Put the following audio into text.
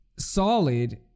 Solid